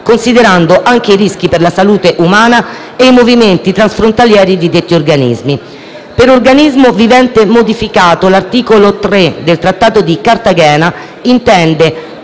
considerando anche i rischi per la salute umana e i movimenti transfrontalieri di detti organismi. Per «organismo vivente modificato» l'articolo 3 del Trattato di Cartagena intende